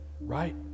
right